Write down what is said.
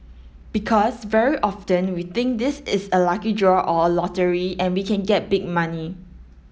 because very often we think this is a lucky draw or lottery and we can get big money